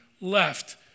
left